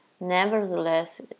nevertheless